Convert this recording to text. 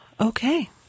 Okay